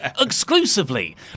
exclusively